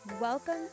welcome